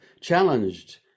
challenged